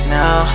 now